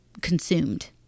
consumed